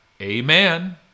amen